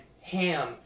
ham